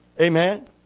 Amen